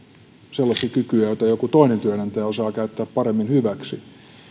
sellaista kykyä että joku toinen työnantaja osaa käyttää sitä paremmin hyväksi